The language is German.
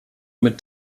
mit